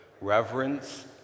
reverence